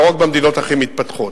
לא רק במדינות הכי מתפתחות.